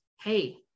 Hey